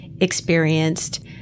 experienced